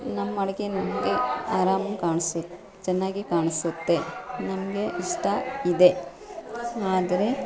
ನಮ್ಮ ಅಡುಗೆ ನಮಗೆ ಆರಾಮ ಕಾಣ್ಸು ಚೆನ್ನಾಗಿ ಕಾಣಿಸುತ್ತೆ ನಮಗೆ ಇಷ್ಟಯಿದೆ ಆದರೆ